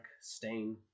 Stain